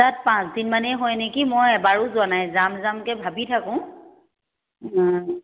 তাত পাঁচদিনমানেই হয় নেকি মই এবাৰো যোৱা নাই যাম যামকে ভাবি থাকোঁ